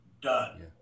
done